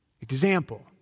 Example